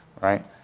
Right